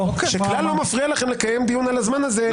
שכלל לא מפריע לכם לקיים דיון על הזמן הזה,